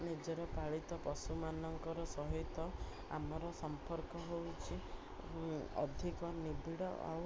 ନିଜର ପାଳିତ ପଶୁମାନଙ୍କର ସହିତ ଆମର ସମ୍ପର୍କ ହେଉଛି ଅଧିକ ନିବିଡ଼ ଆଉ